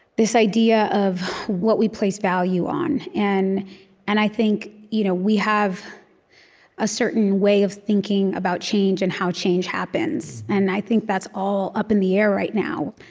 this idea of what we place value on. and and i think you know we have a certain way of thinking about change and how change happens. and i think that's all up in the air right now.